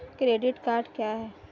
Credit card क्या है?